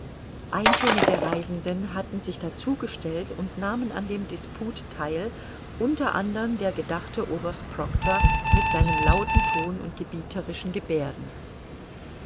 einzelne der reisenden hatten sich dazugesellt und nahmen an dem disput theil unter andern der gedachte oberst proctor mit seinem lauten ton und gebieterischen geberden